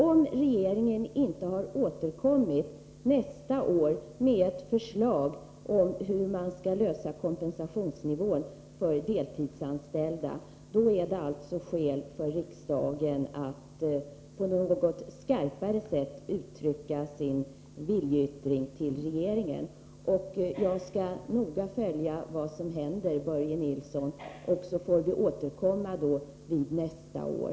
Om regeringen inte har återkommit nästa år med ett förslag om lösning beträffande kompensationsnivån för deltidsanställda, då är det alltså skäl för riksdagen att till regeringen skarpare uttrycka sin vilja. Jag skall noga följa vad som händer, Börje Nilsson, och så får vi återkomma nästa år.